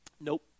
nope